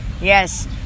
Yes